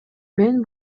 мен